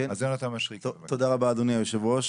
תודה רבה אדוני היושב-ראש.